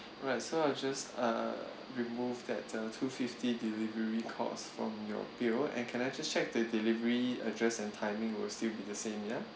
alright so I'll just uh remove that uh two fifty delivery cost from your bill and can I just check the delivery address and timing will still be the same ya